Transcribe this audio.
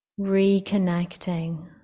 Reconnecting